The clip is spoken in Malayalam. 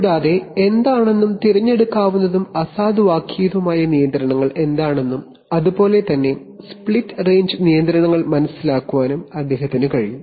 കൂടാതെ തിരഞ്ഞെടുക്കാവുന്നതും അസാധുവാക്കിയതുമായ നിയന്ത്രണങ്ങൾ എന്താണെന്നും അതുപോലെ തന്നെ സ്പ്ലിറ്റ് റേഞ്ച് നിയന്ത്രണങ്ങൾ മനസ്സിലാക്കാനും അദ്ദേഹത്തിന് കഴിയും